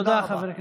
תודה רבה.